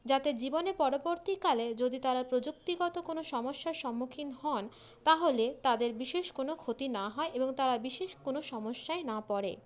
যাতে জীবনে পরবর্তীকালে যদি তারা প্রযুক্তিগত কোনও সমস্যার সম্মুখীন হন তাহলে তাদের বিশেষ কোনও ক্ষতি না হয় এবং তারা বিশেষ কোনও সমস্যায় না পড়ে